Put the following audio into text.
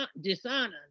dishonor